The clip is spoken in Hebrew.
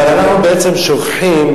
אבל אנחנו בעצם שוכחים